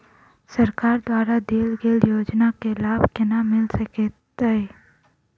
सरकार द्वारा देल गेल योजना केँ लाभ केना मिल सकेंत अई?